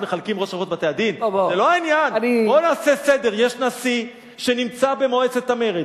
מי שנשיא בזמן המרד